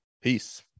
Peace